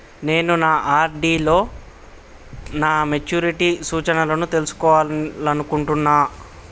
నేను నా ఆర్.డి లో నా మెచ్యూరిటీ సూచనలను తెలుసుకోవాలనుకుంటున్నా